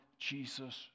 Jesus